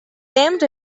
temps